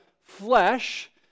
flesh